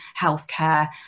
healthcare